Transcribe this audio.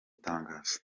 tangazo